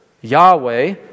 Yahweh